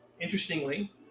Interestingly